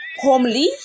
homely